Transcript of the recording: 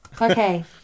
Okay